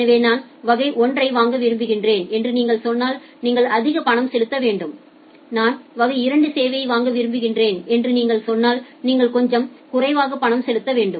எனவே நான் வகை 1 ஐ வாங்க விரும்புகிறேன் என்று நீங்கள் சொன்னால் நீங்கள் அதிக பணம் செலுத்த வேண்டும் நான் வகை 2 சேவையை வாங்க விரும்புகிறேன் என்று நீங்கள் சொன்னால் நீங்கள் கொஞ்சம் குறைவாக பணம் செலுத்த வேண்டும்